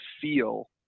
feel